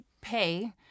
pay